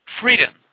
freedom